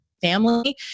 family